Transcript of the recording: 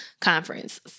Conference